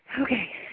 Okay